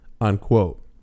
unquote